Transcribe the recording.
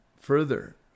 further